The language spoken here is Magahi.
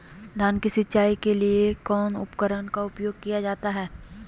धान की सिंचाई के लिए कौन उपकरण का उपयोग किया जाता है?